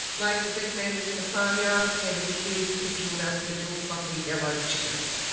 laser beak man is in a farmyard and he is picking up little fluffy yellow chickens.